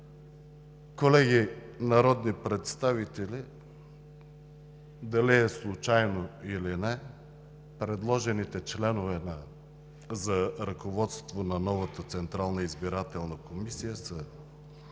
Колеги народни представители, дали е случайно или не, предложените членове за ръководство на новата